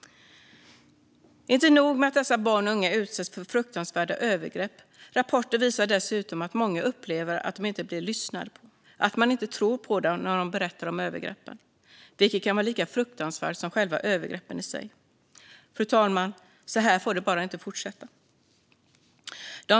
Inte nog med att dessa barn och unga utsätts för fruktansvärda övergrepp - rapporter visar dessutom att många upplever att de inte blir lyssnade på och att man inte tror på dem när de berättar om övergreppen, vilket kan vara lika fruktansvärt som själva övergreppen i sig. Så här får det bara inte fortsätta, fru talman.